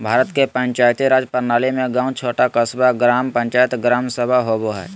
भारत के पंचायती राज प्रणाली में गाँव छोटा क़स्बा, ग्राम पंचायत, ग्राम सभा होवो हइ